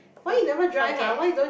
for~ forget